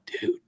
dude